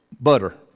butter